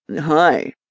Hi